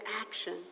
action